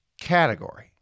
category